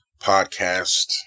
Podcast